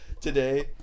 today